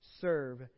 serve